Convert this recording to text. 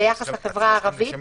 ביחס לחברה הערבית.